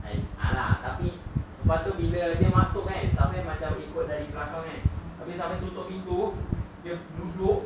tapi lepas tu bila dia masuk kan safian macam ikut dari belakang kan tapi safian tutup pintu dia duduk